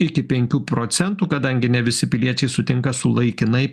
iki penkių procentų kadangi ne visi piliečiai sutinka su laikinai